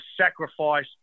sacrifice